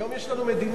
היום יש לנו מדינה.